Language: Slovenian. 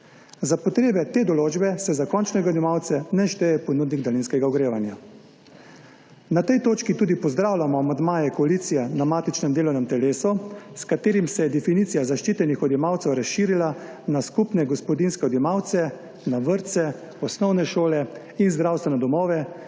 Za potrebe te določbe se za končne odjemalce ne šteje ponudnik daljinskega ogrevanja. Na tej točki tudi pozdravljamo amandmaje koalicije na matičnem delovnem telesu, s katerim se je definicija zaščitenih odjemalcev razširila na skupne gospodinjske odjemalce, na vrtce, osnovne šole in zdravstvene domove,